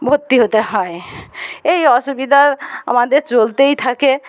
ভর্তি হতে হয় এই অসুবিধা আমাদের চলতেই থাকে